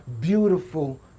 beautiful